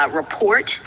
report